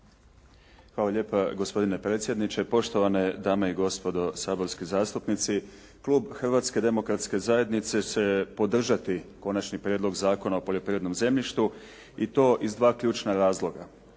Hvala lijepa. Gospodine predsjedniče, poštovane dame i gospodo saborski zastupnici. Klub Hrvatske demokratske zajednice će podržati Konačni prijedlog Zakona o poljoprivrednom zemljištu i to iz dva ključna razloga.